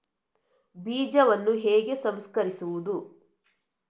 ಬೀಜವನ್ನು ಹೇಗೆ ಸಂಸ್ಕರಿಸುವುದು?